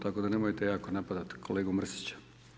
Tako da nemojte jako napadati kolegu Mrsića.